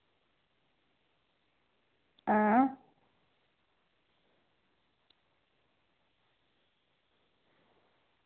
आं